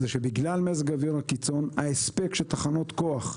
זה שבגלל מזג האוויר הקיצון ההספק של תחנות כוח,